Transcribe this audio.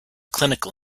clinical